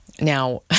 Now